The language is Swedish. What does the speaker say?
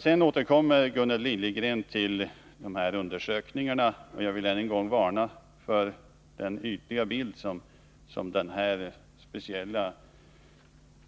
Sedan återkommer Gunnel Liljegren till undersökningarna. Jag vill än en gång varna för den ytliga bild den här speciella